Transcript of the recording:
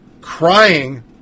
crying